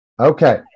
okay